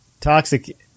Toxic